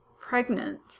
pregnant